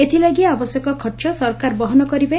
ଏଥିଲାଗି ଆବଶ୍ୟକ ଖର୍ଚ୍ଚ ସରକାର ବହନ କରିବେ